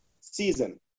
season